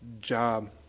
job